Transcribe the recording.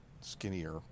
skinnier